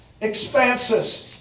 expanses